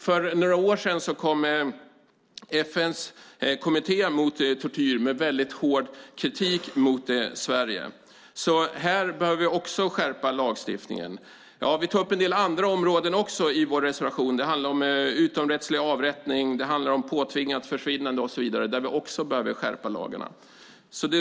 För några år sedan kom FN:s kommitté mot tortyr med väldigt hård kritik mot Sverige. Här bör vi också skärpa lagstiftningen. Vi tar upp en del andra områden också i vår reservation. Det handlar om utomrättslig avrättning, påtvingat försvinnande och så vidare. Där behöver vi också skärpa lagarna.